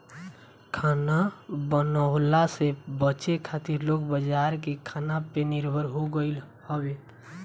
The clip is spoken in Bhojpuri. खाना बनवला से बचे खातिर लोग बाजार के खाना पे निर्भर हो गईल हवे